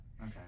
Okay